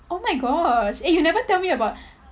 oh my gosh eh you never tell me about